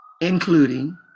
including